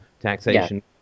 taxation